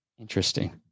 Interesting